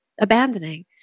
abandoning